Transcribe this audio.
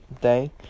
day